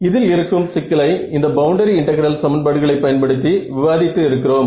இதில் இருக்கும் சிக்கலை இந்த பவுண்டரி இன்டெகிரல் சமன்பாடுகளை பயன்படுத்தி விவாதித்து இருக்கிறோம்